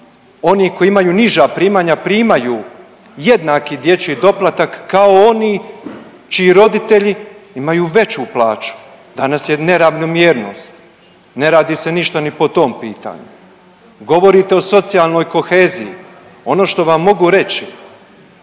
oni koji imaju niža primanja primaju jednaki dječji doplatak kao oni čiji roditelji imaju veću plaću? Danas je neravnomjernost, ne radi se ništa ni po tom pitanju. Govorite o socijalnoj koheziji, ono što vam mogu reći